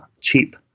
cheap